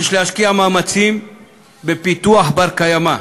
יש להשקיע מאמצים בפיתוח בר-קיימא.